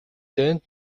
дайнд